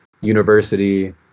university